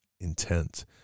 intent